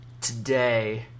today